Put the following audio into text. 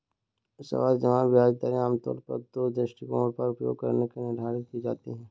सावधि जमा ब्याज दरें आमतौर पर दो दृष्टिकोणों का उपयोग करके निर्धारित की जाती है